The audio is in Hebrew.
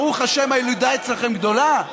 ברוך השם, הילודה אצלכם גדולה.